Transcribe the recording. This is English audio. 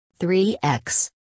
3x